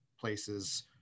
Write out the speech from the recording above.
places